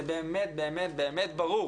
זה באמת ברור.